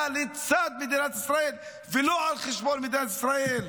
לצד מדינת ישראל ולא על חשבון מדינת ישראל.